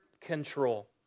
control